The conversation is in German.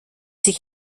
sich